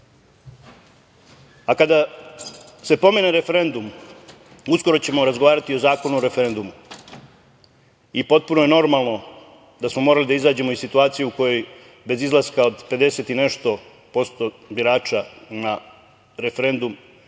moći. Kada se pomene referendum, uskoro ćemo razgovarati i o Zakonu o referendumu. Potpuno je normalno da smo morali da izađemo iz situacije u kojoj bez izlaska od 50 i nešto posto birača na referendum ne